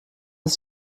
ist